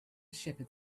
shepherd